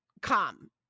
come